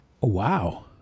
Wow